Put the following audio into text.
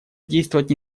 действовать